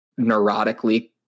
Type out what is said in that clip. neurotically